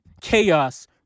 chaos